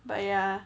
but ya